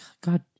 God